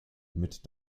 mit